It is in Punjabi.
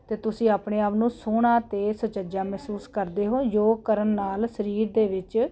ਅਤੇ ਤੁਸੀਂ ਆਪਣੇ ਆਪ ਨੂੰ ਸੋਹਣਾ ਅਤੇ ਸੁਚੱਜਾ ਮਹਿਸੂਸ ਕਰਦੇ ਹੋ ਯੋਗ ਕਰਨ ਨਾਲ ਸਰੀਰ ਦੇ ਵਿੱਚ